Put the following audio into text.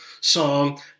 song